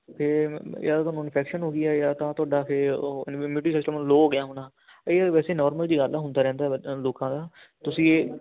ਫਿਰ ਜਾਂ ਤਾਂ ਤੁਹਾਨੂੰ ਇਨਫੈਕਸ਼ਨ ਹੋ ਗਈ ਆ ਜਾਂ ਤਾਂ ਤੁਹਾਡਾ ਫਿਰ ਉਹ ਇਮਿਊਨਿਟੀ ਸਿਸਟਮ ਲੋਅ ਹੋ ਗਿਆ ਹੋਣਾ ਕਈ ਵਾਰ ਵੈਸੇ ਨੌਰਮਲ ਜਿਹੀ ਗੱਲ ਹੈ ਹੁੰਦਾ ਰਹਿੰਦਾ ਲੋਕਾਂ ਦਾ ਤੁਸੀਂ ਇਹ